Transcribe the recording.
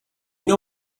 know